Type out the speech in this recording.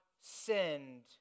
sinned